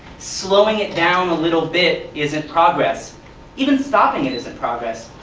slowing it down a little bit isn't progress even stopping it isn't progress.